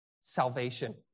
salvation